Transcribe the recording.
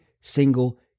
single